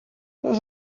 this